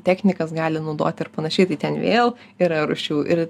technikas gali naudoti ir panašiai tai ten vėl yra rūšių ir